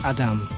Adam